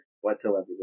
whatsoever